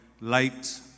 light